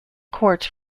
courts